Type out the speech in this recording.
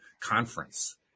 conference